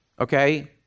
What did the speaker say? okay